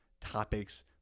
topics